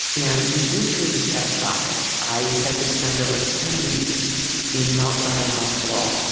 and the injury was catastrophic. i had to spend over ten weeks in mount sinai hospital.